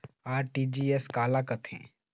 RTGS काला कथें?